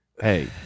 Hey